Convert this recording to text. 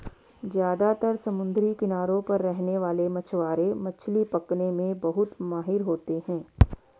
ज्यादातर समुद्री किनारों पर रहने वाले मछवारे मछली पकने में बहुत माहिर होते है